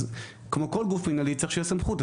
אז כמו כל גוף מינהלי צריך שתהיה סמכות.